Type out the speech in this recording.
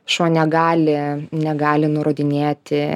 šuo negali negali nurodinėti